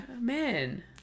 man